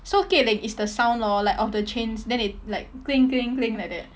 so keling is the sound lor like of the chains then it like cling cling cling like that